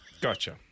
Gotcha